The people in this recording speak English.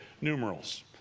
numerals